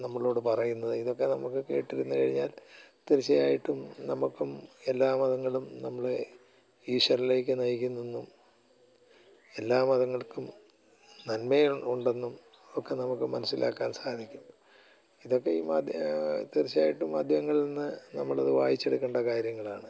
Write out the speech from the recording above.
നമ്മളോട് പറയുന്നത് ഇതൊക്കെ നമുക്ക് കേട്ടിരിന്ന് കഴിഞ്ഞാൽ തീർച്ചയായിട്ടും നമ്മൾക്കും എല്ലാ മതങ്ങളും നമ്മളെ ഈശ്വരനിലേക്ക് നയിക്കുന്നെന്നും എല്ലാ മതങ്ങൾക്കും നന്മയും ഉണ്ടെന്നും ഒക്കെ നമുക്ക് മനസ്സിലാക്കാൻ സാധിക്കും ഇതൊക്കെ ഈ മാധ്യമം തീർച്ചയായിട്ടും മാധ്യമങ്ങളിൽ നിന്ന് നമ്മളത് വായിച്ചെടുക്കേണ്ട കാര്യങ്ങളാണ്